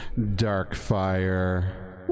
Darkfire